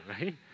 right